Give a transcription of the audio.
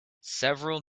several